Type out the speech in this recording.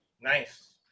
Nice